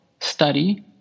study